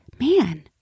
Man